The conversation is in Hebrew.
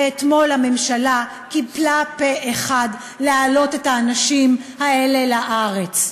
ואתמול קיבלה הממשלה החלטה פה-אחד להעלות את האנשים האלה לארץ.